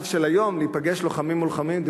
לאש"ף של היום להיפגש לוחמים מול לוחמים,